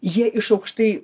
jie iš aukštai